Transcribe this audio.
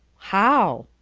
how?